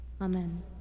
Amen